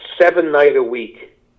seven-night-a-week